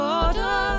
order